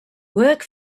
work